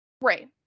Right